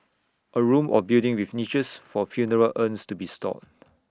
A room or building with niches for funeral urns to be stored